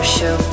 Show